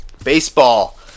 baseball